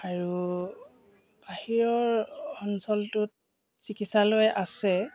আৰু বাহিৰৰ অঞ্চলটোত চিকিৎসালয় আছে